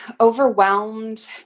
Overwhelmed